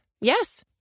Yes